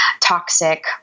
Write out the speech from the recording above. toxic